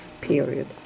period